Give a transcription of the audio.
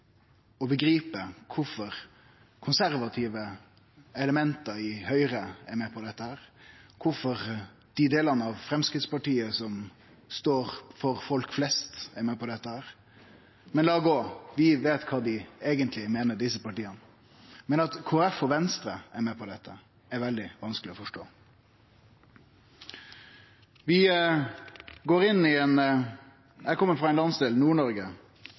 å begripe kvifor konservative element i Høgre er med på dette, kvifor dei delane av Framstegspartiet som står for folk flest, er med på dette. Men la gå, vi veit kva dei eigentleg meiner, desse partia. Men at Kristeleg Folkeparti og Venstre er med på dette, er veldig vanskeleg å forstå. Eg kjem frå ein landsdel,